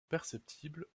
perceptible